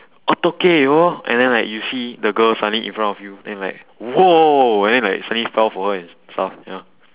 and then like you see the girl suddenly in front of you then like !whoa! then like suddenly fell for her and stuff you know